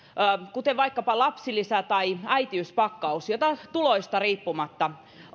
kuten vaikkapa lapsilisä tai äitiyspakkaus jotka tuloista riippumatta